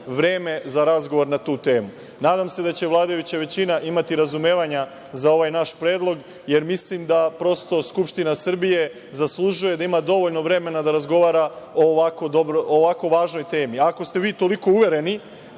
vreme za razgovor na tu temu. Nadam se da će vladajuća većina imati razumevanja za ovaj naš predlog, jer mislim da prosto Skupština Srbije zaslužuje da ima dovoljno vremena da razgovara o ovako važnoj temi. Ako ste vi toliko uvereni